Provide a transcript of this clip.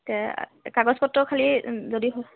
তে কাগজ পত্ৰ খালী যদি